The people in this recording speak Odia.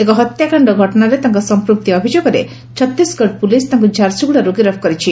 ଏକ ହତ୍ୟାକାଶ୍ଡ ଘଟଣାରେ ତାଙ୍କ ସମ୍ମୁକ୍ତି ଅଭିଯୋଗରେ ଛତିଶଗଡ଼ ପୁଲିସ ତାଙ୍କୁ ଝାରସୁଗୁଡ଼ାରୁ ଗିରଫ କରିଛି